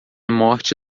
morte